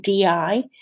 DI